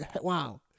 wow